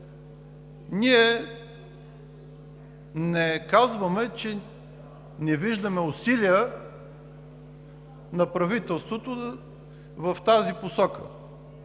Ние не казваме, че не виждаме усилия на правителството в тази посока.